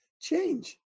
change